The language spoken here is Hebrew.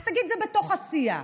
אז תגיד: זה בתוך הסיעה.